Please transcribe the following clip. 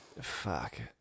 Fuck